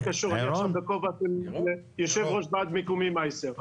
קשור לכובע שלי כיושב-ראש ועד מקומי במייסר.